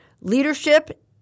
leadership